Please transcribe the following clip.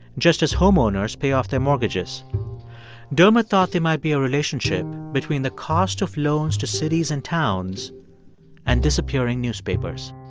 just as homeowners pay off their mortgages dermot thought there might be a relationship between the cost of loans to cities and towns and disappearing newspapers.